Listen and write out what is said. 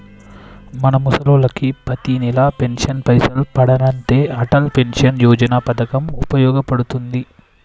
మన ముసలోళ్ళకి పతినెల పెన్షన్ పైసలు పదనంటే అటల్ పెన్షన్ యోజన పథకం ఉపయోగ పడుతుంది